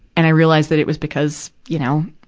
and i realized that it was because, you know,